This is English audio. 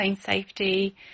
safety